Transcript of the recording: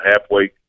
halfway